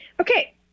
Okay